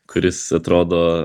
kuris atrodo